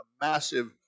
massive